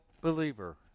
believer